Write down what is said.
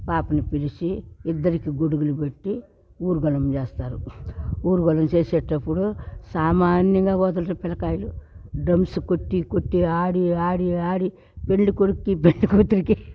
పాపని పిలిచి ఇద్దరికీ గొడుగులు పెట్టి ఊరు గళం చేస్తారు ఊరుగళం చేసేటప్పుడు సామాన్యంగా వదలరు పిలకాయలు డ్రమ్స్ కొట్టి కొట్టి ఆడి ఆడి ఆడి పెండ్లికొడుకి పెండ్లికూతురికి